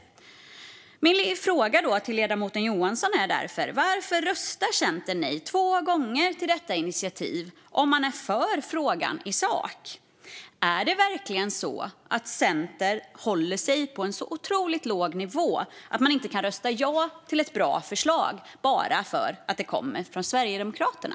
Min fråga till ledamoten Johansson är därför: Varför röstar Centern nej två gånger till detta initiativ om man är för frågan i sak? Är det verkligen så att Centern håller sig på en sådan otroligt låg nivå att man inte kan rösta ja till ett bra förslag bara för att det kommer från Sverigedemokraterna?